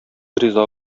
риза